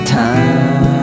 time